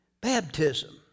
baptism